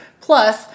plus